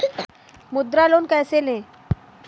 मुद्रा लोन कैसे ले?